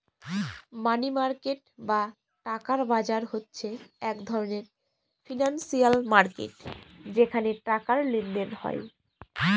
মানি market বা টাকার বাজার হচ্ছে এক ধরনের ফিনান্সিয়াল মার্কেট যেখানে টাকার লেনদেন হয়